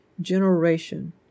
generation